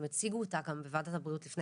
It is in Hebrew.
הם הציגו אותה גם בוועדת הבריאות לפני